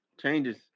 changes